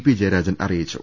P Jayarajan അറിയിച്ചു